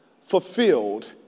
fulfilled